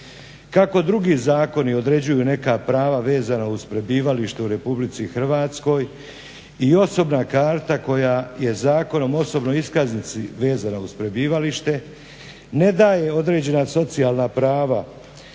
Kako drugi zakoni određuju neka prava vezana uz prebivalište u RH i osobna karta koja je Zakonom o osobnoj iskaznici vezana uz prebivalište ne daje određena socijalna prava